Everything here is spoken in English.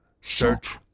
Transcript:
Search